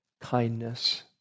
kindness